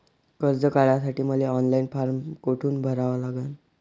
कर्ज काढासाठी मले ऑनलाईन फारम कोठून भरावा लागन?